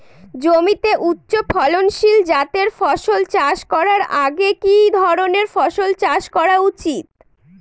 জমিতে উচ্চফলনশীল জাতের ফসল চাষ করার আগে কি ধরণের ফসল চাষ করা উচিৎ?